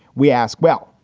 we ask, well,